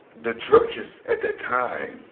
the churches at that time